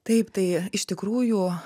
taip tai iš tikrųjų